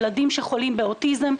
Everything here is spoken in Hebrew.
ילדים שחולים באוטיזם.